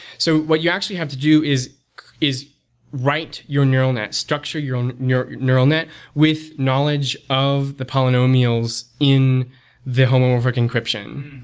so what you actually have to do is is write your neural net, structure your neural neural net with knowledge of the polynomials in the homomorphic encryption.